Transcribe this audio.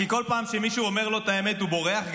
כי כל פעם שמישהו אומר לו את האמת הוא בורח.